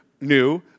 New